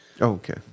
Okay